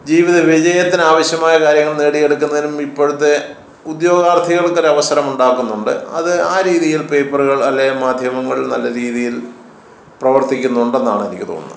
ജീവിത വിജയത്തിനാവശ്യമായ കാര്യങ്ങൾ നേടിയെടുക്കുന്നതിനും ഇപ്പോഴത്തെ ഉദ്യോഗാർത്ഥികൾക്കൊരവസരമുണ്ടാക്കുന്നുണ്ട് അത് ആ രീതിയിൽ പേപ്പറുകൾ അല്ലെങ്കില് മാധ്യമങ്ങൾ നല്ല രീതിയിൽ പ്രവർത്തിക്കുന്നുണ്ടെന്നാണ് എനിക്ക് തോന്നുന്നത്